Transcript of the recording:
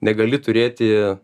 negali turėti